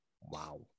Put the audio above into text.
Wow